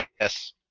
Yes